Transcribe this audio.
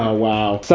ah wow.